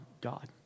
God